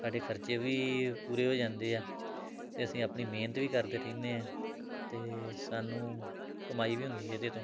ਸਾਡੇ ਖ਼ਰਚੇ ਵੀ ਪੂਰੇ ਹੋ ਜਾਂਦੇ ਹੈ ਅਤੇ ਅਸੀਂ ਆਪਣੀ ਮਿਹਨਤ ਵੀ ਕਰਦੇ ਰਹਿੰਦੇ ਹਾਂ ਅਤੇ ਸਾਨੂੰ ਕਮਾਈ ਵੀ ਹੁੰਦੀ ਹੈ ਇਹਦੇ ਤੋਂ